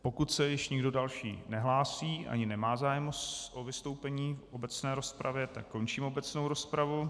Pokud se již nikdo další nehlásí, ani nemá zájem o vystoupení v obecné rozpravě, končím obecnou rozpravu.